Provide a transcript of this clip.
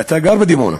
אתה גר בדימונה.